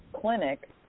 clinic